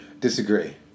Disagree